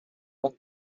one